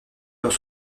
dans